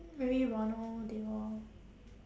maybe ronald they all